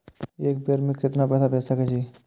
एक बेर में केतना पैसा भेज सके छी?